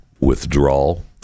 withdrawal